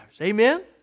Amen